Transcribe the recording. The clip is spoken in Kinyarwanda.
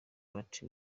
part